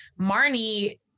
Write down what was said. Marnie